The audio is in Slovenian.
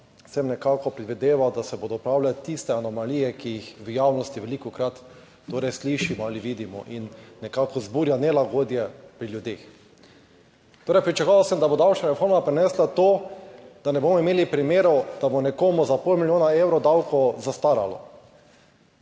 sem nekako predvideval, da se bodo opravile tiste anomalije, ki jih v javnosti velikokrat torej slišimo ali vidimo in nekako vzburja nelagodje pri ljudeh. Torej pričakoval sem, da bo davčna reforma prinesla to, da ne bomo imeli primerov, da bo nekomu za pol milijona evrov davkov zastaralo.